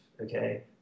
okay